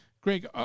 Greg